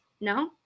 no